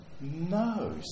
No